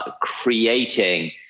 creating